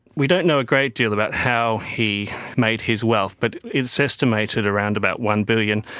we don't know a great deal about how he made his wealth, but it's estimated around about one billion